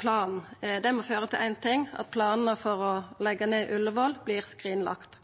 planen må føra til éin ting: at planane for å leggja ned Ullevål vert skrinlagde.